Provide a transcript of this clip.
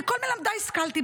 מכל מלמדי השכלתי.